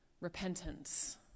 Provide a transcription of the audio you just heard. repentance